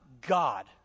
God